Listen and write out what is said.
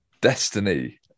Destiny